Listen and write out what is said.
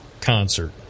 concert